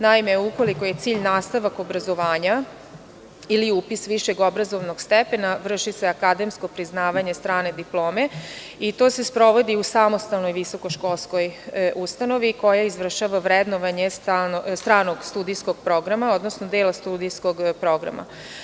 Naime, ukoliko je cilj nastavak obrazovanja ili upis višeg obrazovnog stepena vrši se akademsko priznavanje strane diplome i to se sprovodi u samostalnoj visokoškolskoj ustanovi koja izvršava vrednovanje stranog studijskog programa, odnosno dela studijskog programa.